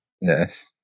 Yes